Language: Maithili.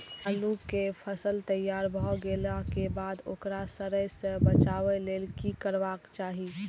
आलू केय फसल तैयार भ गेला के बाद ओकरा सड़य सं बचावय लेल की करबाक चाहि?